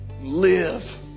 Live